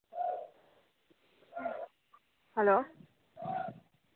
hello